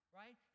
right